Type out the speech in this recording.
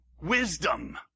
Wisdom